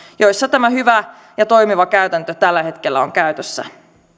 joissa tämä hyvä ja toimiva käytäntö tällä hetkellä on käytössä